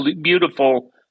beautiful